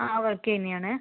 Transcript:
ആ വർക്ക് ചെയ്യുന്നതാണ്